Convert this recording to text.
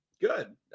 good